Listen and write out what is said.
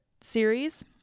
series